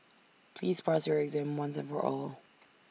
please pass your exam once and for all